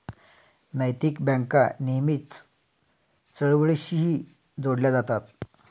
नैतिक बँका नेहमीच चळवळींशीही जोडल्या जातात